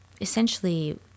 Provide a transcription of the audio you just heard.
essentially